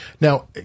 Now